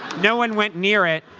no one went near it,